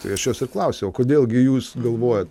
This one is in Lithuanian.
tai aš jos ir klausiau o kodėl gi jūs galvojat